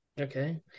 Okay